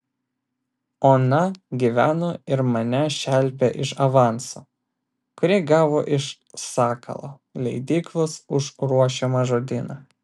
ona gyveno ir mane šelpė iš avanso kurį gavo iš sakalo leidyklos už ruošiamą žodyną